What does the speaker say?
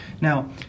Now